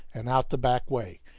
and out the back way,